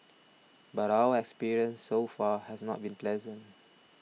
but our experience so far has not been pleasant